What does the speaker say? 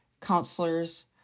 counselors